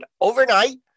overnight